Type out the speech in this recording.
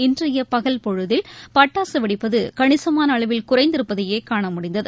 இன்றையபகல் பொழுதில் பட்டாசுவெடிப்பதுகணிசமானஅளவில் குறைந்திருப்பதையேகாணமுடிந்தது